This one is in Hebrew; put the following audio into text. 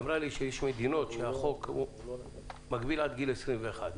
שיש מדינות שבהן החוק מגביל מגיל 21,